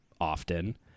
often